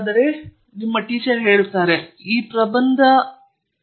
ಆದರೆ ಈ ಇಬ್ಬರು ವಿದ್ಯಾರ್ಥಿಗಳು ಮಾತ್ರ ಈ ಸಲಹೆಯನ್ನು ಪಡೆದರು ಎಂದು ನಾನು ಶಿಫಾರಸು ಮಾಡಿದ್ದೇನೆ